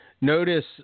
Notice